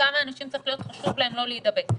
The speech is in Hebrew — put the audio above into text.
כמה אנשים צריך להיות חשוב להם לא להידבק,